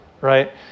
right